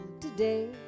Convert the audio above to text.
today